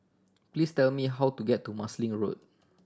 please tell me how to get to Marsiling Road